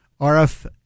RF